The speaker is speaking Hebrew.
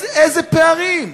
איזה פערים.